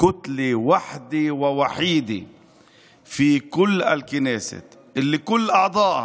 סיעה אחת ויחידה בכל הכנסת שכל חבריה,